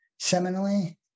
seminally